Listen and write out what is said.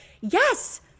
yes